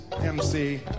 MC